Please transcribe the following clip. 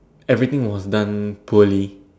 everything was done poorly